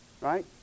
right